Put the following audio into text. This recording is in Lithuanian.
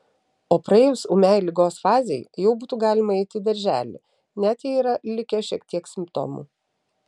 o praėjus ūmiai ligos fazei jau būtų galima eiti į darželį net jei yra likę šiek tiek simptomų